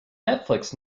netflix